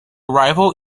rival